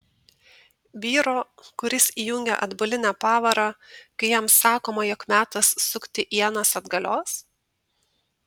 vyro kuris įjungia atbulinę pavarą kai jam sakoma jog metas sukti ienas atgalios